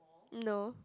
no